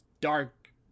dark